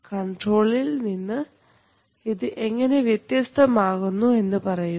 കൺട്രോളിൽ നിന്ന് ഇത് എങ്ങനെ വ്യത്യസ്തമാകുന്നു എന്നും പറയുക